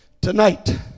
tonight